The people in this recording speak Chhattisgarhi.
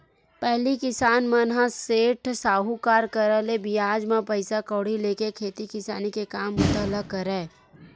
पहिली किसान मन ह सेठ, साहूकार करा ले बियाज म पइसा कउड़ी लेके खेती किसानी के काम बूता ल करय